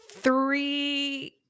three